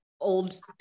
old